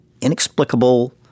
inexplicable